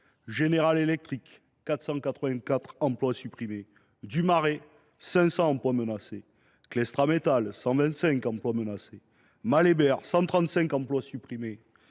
General Electric : 484 emplois supprimés ; Dumarey : 500 emplois menacés ; Clestra Metal : 125 emplois menacés ; Mahle Behr : 135 emplois supprimés